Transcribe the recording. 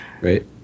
right